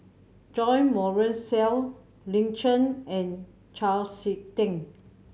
Jo Marion Seow Lin Chen and Chau Sik Ting